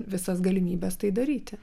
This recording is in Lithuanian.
visas galimybes tai daryti